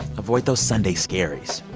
avoid those sunday scaries